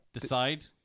Decide